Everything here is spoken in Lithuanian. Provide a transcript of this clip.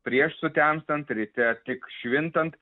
prieš sutemstant ryte tik švintant